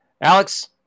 Alex